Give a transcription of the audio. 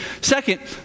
Second